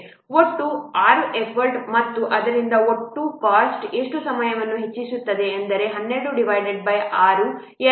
ಈಗ ಒಟ್ಟು ಎಫರ್ಟ್ ಮತ್ತು ಆದ್ದರಿಂದ ಒಟ್ಟು ಕಾಸ್ಟ್ ಎಷ್ಟು ಸಮಯವನ್ನು ಹೆಚ್ಚಿಸುತ್ತದೆ ಅಂದರೆ 12 6 2 ಎಂದು ಹೆಚ್ಚಿಸುತ್ತದೆ